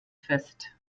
fest